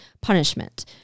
punishment